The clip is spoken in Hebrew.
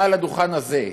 מעל הדוכן הזה,